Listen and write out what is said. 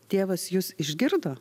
dievas jus išgirdo